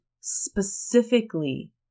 specifically